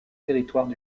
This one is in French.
territoires